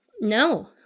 No